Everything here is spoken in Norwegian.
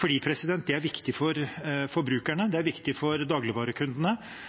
for det er viktig for forbrukerne, det er viktig for dagligvarekundene,